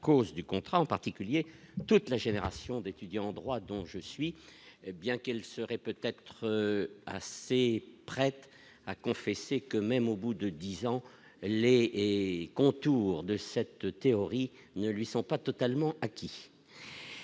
la cause du contrat en particulier toutes les générations d'étudiants en droit, dont je suis, bien qu'elle serait peut-être assez prête à confesser que même au bout de 10 ans Les et contours de cette théorie ne lui sont pas totalement acquis,